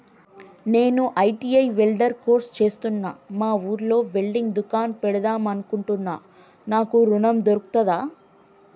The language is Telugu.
నేను ఐ.టి.ఐ వెల్డర్ కోర్సు చేశ్న మా ఊర్లో వెల్డింగ్ దుకాన్ పెడదాం అనుకుంటున్నా నాకు ఋణం దొర్కుతదా?